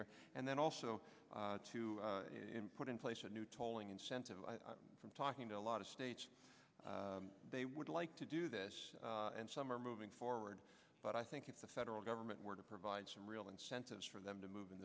there and then also to put in place a new tolling incentive from talking to a lot of states they would like to do this and some are moving forward but i think if the federal government were to provide some real incentives for them to move in